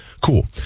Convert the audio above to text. cool